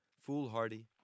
foolhardy